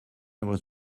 was